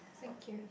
thank you